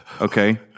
Okay